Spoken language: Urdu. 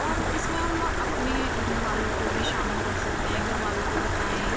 اور اس میں ہم اپنے گھر والوں کو بھی شامل کر سکتے ہیں گھر والوں کو بتائیں